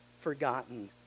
forgotten